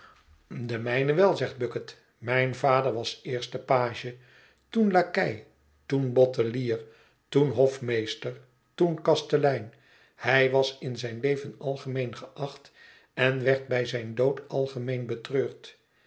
de mijne wel zegt bucket mijn vader was eerst page toen lakei toen bottelier toen hofmeester toen kastelein hij was in zijn leven algemeen geacht en werd bij zijn dood algemeen betreurd